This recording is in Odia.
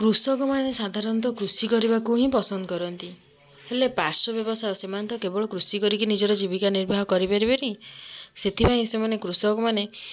କୃଷକ ମାନେ ସାଧାରଣତଃ କୃଷି କରିବାକୁ ହିଁ ପସନ୍ଦ କରନ୍ତି ହେଲେ ପାର୍ଶ୍ୱ ବ୍ୟବସାୟ ସେମାନେ ତ କେବଳ କୃଷି କରିକି ହିଁ ଜୀବିକା ନିର୍ଵାହ କରି ପାରିବେନି ସେଥିପାଇଁ ସେମାନେ କୃଷକମାନେ